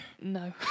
No